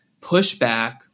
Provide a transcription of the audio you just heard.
pushback